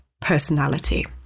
personality